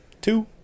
Two